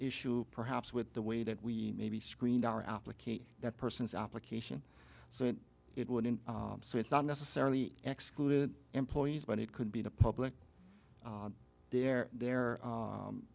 issue perhaps with the way that we maybe screened our application that person's application so that it wouldn't so it's not necessarily excluded employees but it could be the public they're there